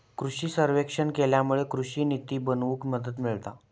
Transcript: कृषि सर्वेक्षण केल्यामुळे कृषि निती बनवूक मदत मिळता